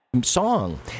song